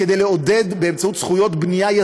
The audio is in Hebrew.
כדי לעודד יזמים,